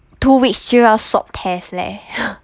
two weeks 需要 swab test leh